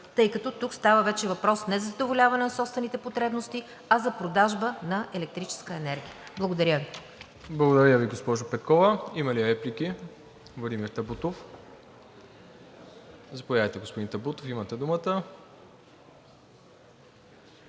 тъй като тук става вече въпрос не за задоволяване на собствените потребности, а за продажба на електрическа енергия. Благодаря Ви. ПРЕДСЕДАТЕЛ МИРОСЛАВ ИВАНОВ: Благодаря Ви, госпожо Петкова. Има ли реплики? Владимир Табутов. Заповядайте, господин Табутов, имате думата.